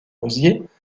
rosiers